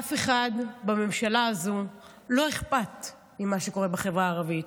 לאף אחד בממשלה הזאת לא אכפת ממה שקורה בחברה הערבית,